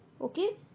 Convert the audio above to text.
Okay